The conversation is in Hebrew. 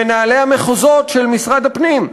מנהלי המחוזות של משרד הפנים.